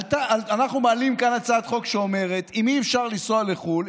אנחנו מעלים כאן הצעת חוק שאומרת שאם אי-אפשר לנסוע לחו"ל,